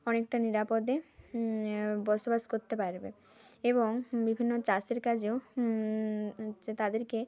অনেকটা নিরাপদে বসবাস করতে পারবে এবং বিভিন্ন চাষের কাজেও হচ্ছে তাদেরকে